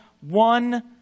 one